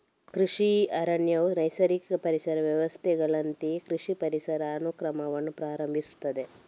ಕೃಷಿ ಅರಣ್ಯವು ನೈಸರ್ಗಿಕ ಪರಿಸರ ವ್ಯವಸ್ಥೆಗಳಂತೆಯೇ ಕೃಷಿ ಪರಿಸರ ಅನುಕ್ರಮವನ್ನು ಪ್ರಾರಂಭಿಸುತ್ತದೆ